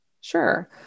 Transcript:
Sure